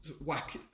whack